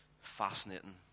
fascinating